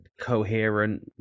coherent